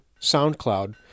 SoundCloud